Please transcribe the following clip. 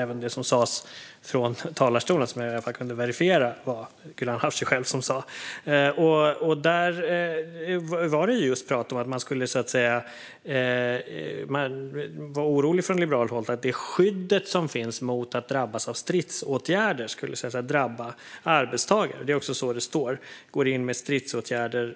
Jag reagerade även på det som sas i talarstolen - det kunde jag i alla fall verifiera att det var Gulan Avci själv som sa. Man var orolig från liberalt håll när det gäller det skydd som finns mot att drabbas av stidsåtgärder. Detta skulle så att säga drabba arbetstagare. Det står: går in med stridsåtgärder